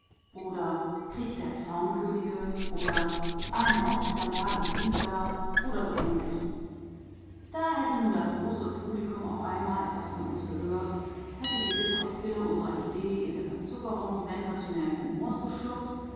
oder krieg der zaunkönige oder ein mordsskandal in dingsda oder so ähnlich da hätte nun das große publikum auf einmal etwas von uns gehört hätte die bittere pille unserer idee in der verzuckerung sensationellen humors geschluckt